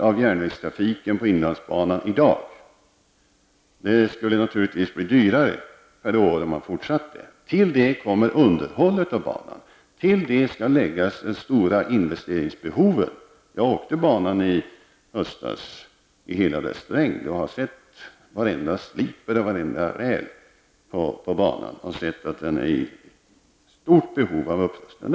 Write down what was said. Ja, det är köpet av trafiken på inlandsbanan i dag. Det skulle naturligtvis bli dyrare per år om man fortsatte. Till det kommer underhållet av banan. Till det skall läggas det stora investeringsbehovet. Jag åkte banan i höstas i hela dess längd och har sett varenda sliper och varenda räl, så jag vet att banan är i stort behov av upprustning.